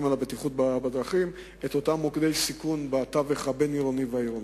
לבטיחות בדרכים את אותם מוקדי סיכון בתווך הבין-עירוני והעירוני.